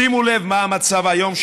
שימו לב מה המצב כיום,